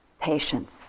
patience